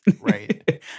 Right